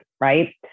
right